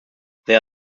there